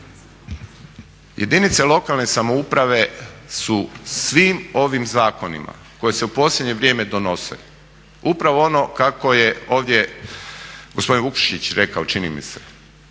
Jedinice lokalne samouprave su svim ovim zakonima koji se u posljednje vrijeme donose upravo ono kako je ovdje gospodin Vukšić rekao čini mi se